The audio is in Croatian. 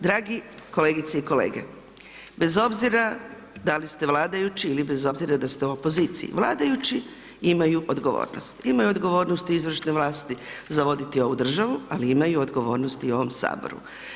Dragi kolegice i kolege, bez obzira da li ste vladajući ili bez obzira da ste u opoziciji, vladajući imaju odgovornost, imaju odgovornost izvršne vlasti za voditi ovu državu ali imaju i odgovornost i ovom saboru.